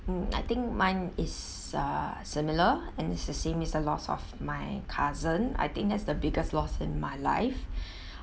mm I think mine is uh similar and it's the same is the loss of my cousin I think that's the biggest lost in my life